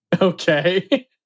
Okay